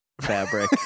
fabric